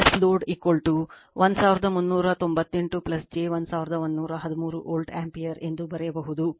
ಆದ್ದರಿಂದ ಇದು S load 1398 j 1113 volt ampere ಎಂದು ಬರೆಯಬಹುದು